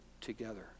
together